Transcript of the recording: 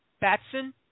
Batson